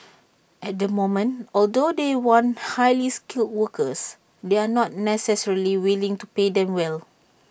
at the moment although they want highly skilled workers they are not necessarily willing to pay them well